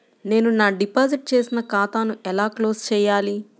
నేను నా డిపాజిట్ చేసిన ఖాతాను ఎలా క్లోజ్ చేయాలి?